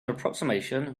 approximation